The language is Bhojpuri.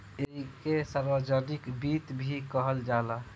ऐइके सार्वजनिक वित्त भी कहल जाला